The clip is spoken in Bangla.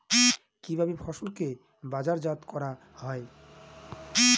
কিভাবে ফসলকে বাজারজাত করা হয়?